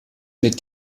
mit